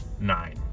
nine